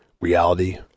reality